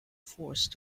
forced